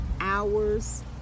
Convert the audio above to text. hours